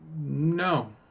No